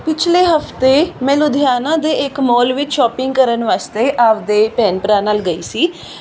ਪਿਛਲੇ ਹਫਤੇ ਮੈਂ ਲੁਧਿਆਣਾ ਦੇ ਇੱਕ ਮੌਲ ਵਿੱਚ ਸ਼ੋਪਿੰਗ ਕਰਨ ਵਾਸਤੇ ਆਪਦੇ ਭੈਣ ਭਰਾ ਨਾਲ ਗਈ ਸੀ